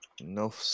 no